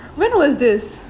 when was this